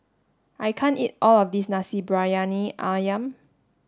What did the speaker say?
I can't eat all of this Nasi Briyani Ayam